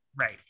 right